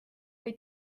või